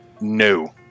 no